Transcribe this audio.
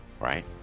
Right